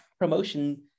promotion